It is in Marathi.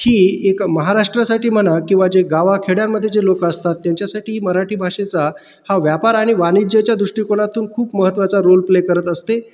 ही एक महाराष्ट्रासाठी म्हणा किंवा जे गावा खेड्यांमध्ये जे लोक असतात त्यांच्यासाठी मराठी भाषेचा हा व्यापार आणि वाणिज्यच्या दृष्टिकोनातून खूप महत्त्वाचा रोल प्ले करत असते